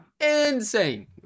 insane